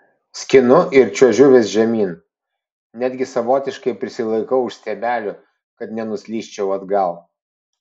skinu ir čiuožiu vis žemyn netgi savotiškai prisilaikau už stiebelių kad nenuslysčiau atgal